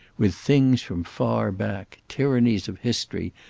with things from far back tyrannies of history,